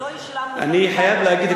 אני חייב להגיד,